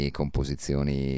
composizioni